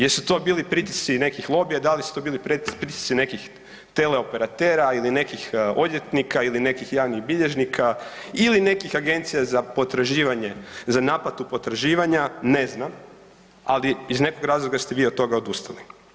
Jesu to bili pritisci nekih lobija, da li su to bili pritisci nekih teleoperatera ili nekih odvjetnika ili nekih javnih bilježnika ili nekih agencija za naplatu potraživanja ne znam, ali iz nekog razloga ste vi od toga odustali.